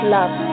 Love